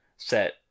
set